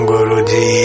Guruji